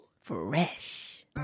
fresh